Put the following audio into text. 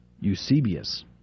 Eusebius